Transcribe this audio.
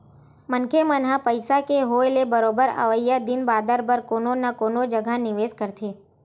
मनखे मन ह पइसा के होय ले बरोबर अवइया दिन बादर बर कोनो न कोनो जघा निवेस करथे